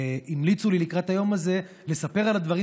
המליצו לי לקראת היום הזה לספר על הדברים